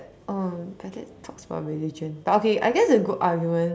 um like that talks about religion but okay I guess a good argument